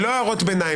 אלה לא הערות ביניים.